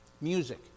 music